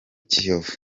kiyovu